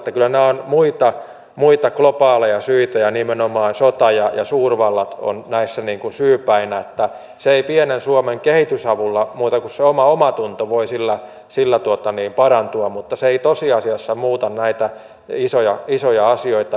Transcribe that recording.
kyllä nämä ovat muita globaaleja syitä ja nimenomaan sota ja suurvallat ovat näissä niin kuin syypäinä että pienen suomen kehitysavulla ei muuta kuin se oma omatunto voi parantua mutta se ei tosiasiassa muuta näitä isoja asioita